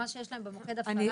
מה שיש להם במוקד הפעלה.